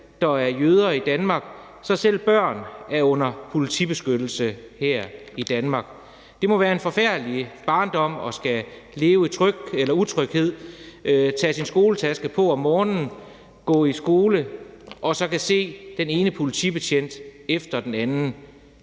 der er jøder i Danmark, kan man se, at selv børn er under politibeskyttelse her i Danmark. Det må være en forfærdelig barndom at skulle leve i utryghed, tage sin skoletaske på om morgenen, gå i skole og så se den ene politibetjent efter den anden.